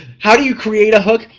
how do you create a hook?